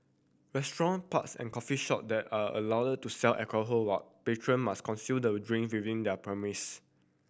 restaurant pubs and coffee shop there are allowed to sell alcohol but patron must consume the drink within their premise